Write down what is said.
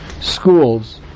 schools